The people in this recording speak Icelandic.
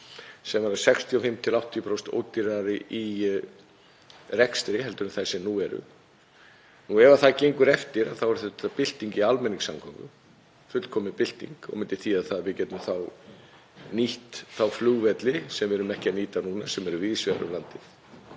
sem verður 65–80% ódýrari í rekstri heldur en þær sem nú eru. Ef það gengur eftir þá er það bylting í almenningssamgöngum, fullkomin bylting og myndi þýða að við gætum nýtt þá flugvelli sem við erum ekki að nýta núna sem eru víðs vegar um landið